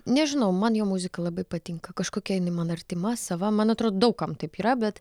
nežinau man jo muzika labai patinka kažkokia jinai man artima sava man atrodo daug kam taip yra bet